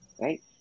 right